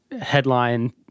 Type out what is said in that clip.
headline